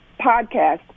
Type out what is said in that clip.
podcast